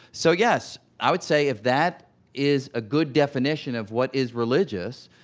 so, yes. i would say if that is a good definition of what is religious,